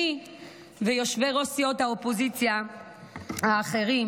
אני ויושבי-ראש סיעות האופוזיציה האחרים.